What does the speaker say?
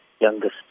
youngest